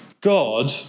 God